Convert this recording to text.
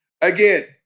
Again